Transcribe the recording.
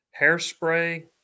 hairspray